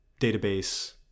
database